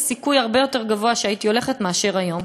יש סיכוי הרבה יותר גבוה שהייתי הולכת מאשר היום.